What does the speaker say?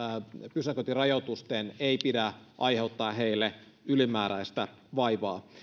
pysäköintirajoitusten ei pidä aiheuttaa heille ylimääräistä vaivaa